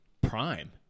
prime